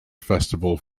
festival